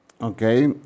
Okay